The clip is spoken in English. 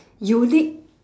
unique